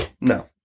no